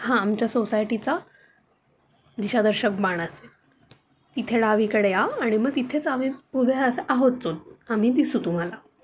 हां आमच्या सोसायटीचा दिशादर्शक बाण असेल तिथे डावीकडे या आणि मग तिथेच आम्ही उभ्या असं आहोच आहोत आम्ही दिसू तुम्हाला